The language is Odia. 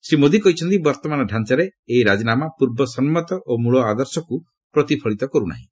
ଶ୍ରୀ ମୋଦୀ କହିଛନ୍ତି ବର୍ତ୍ତମାନ ଢାଞ୍ଚାରେ ଏହି ରାଜିନାମା ପୂର୍ବ ସମ୍ମତ ଓ ମୂଳ ଆଦର୍ଶକୁ ପ୍ରତିଫଳିତ କରୁନାହିଁ